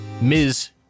Ms